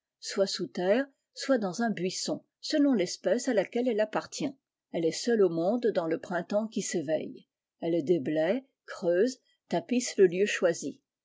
soit sous terre soit dans un boisson selon tespèce à laquelle elle appartient elle est seule au monde dans le printemps qui s'éveille elle déblaie creuse tapisse le lieu choisi